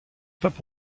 papes